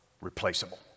replaceable